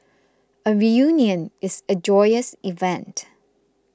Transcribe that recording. a reunion is a joyous event